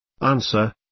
Answer